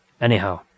Anyhow